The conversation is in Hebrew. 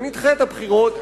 ונדחה את הבחירות,